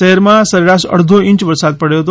શહેરમાં સરેરાશ અડધો ઇંચ વરસાદ પડ્યો હતો